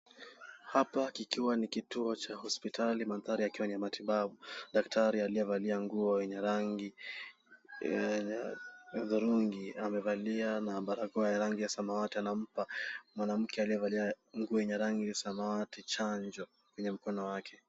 Hapa kikiwa ni kituo cha hospitali mandhari ikiwa ni ya matibabu. Daktari aliye valia nguo yenye rangi ya hudhurungi. Amevalia na barakoa ya rangi ya samawati. Anampa mwanamke aliye valia nguo yenye rangi ya samawati chanjo kwenye mkono wake.